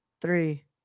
three